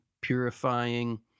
purifying